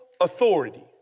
authority